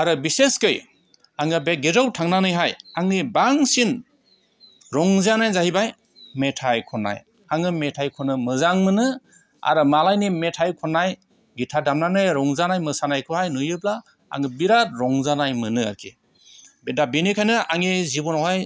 आरो बिसेसखै आङो बे गिरजायाव थांनानैहाय आंनि बांसिन रंजानायानो जाहैबाय मेथाइ खननाय आङो मेथाइ खननो मोजां मोनो आरो मालायनि मेथाइ खननाय गिटार दामनानै रंजानाय मोसानायखौहाय नुयोब्ला आङो बिराद रंजानाय मोनो आरोखि बे दा बेनिखायनो आंनि जिबनावहाय